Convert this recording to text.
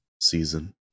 season